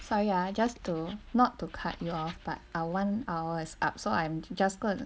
sorry ah just to not to cut you off but our one hour is up so I'm just gonna